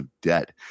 debt